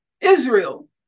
israel